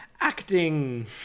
Acting